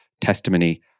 Testimony